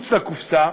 מחוץ לקופסה,